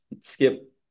skip